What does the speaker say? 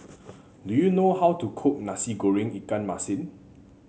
do you know how to cook Nasi Goreng Ikan Masin